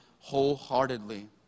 wholeheartedly